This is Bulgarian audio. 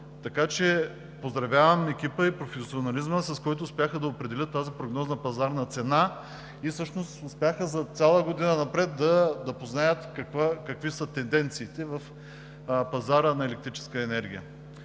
Така че поздравявам екипа и професионализма, с който успяха да определят тази прогнозна пазарна цена. И всъщност успяха за цяла година напред да познаят какви са тенденциите в пазара на електрическа енергия.